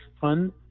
fund